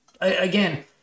again